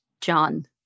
John